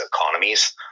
economies